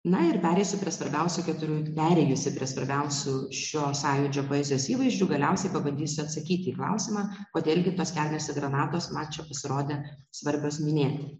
na ir pereisiu prie svarbiausio keturių perėjusi prie svarbiausių šio sąjūdžio poezijos įvaizdžių galiausiai pabandysiu atsakyti į klausimą kodėl gi tos kelnėse granatos man čia pasirodė svarbios minėti